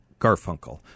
Garfunkel